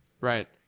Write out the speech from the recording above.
right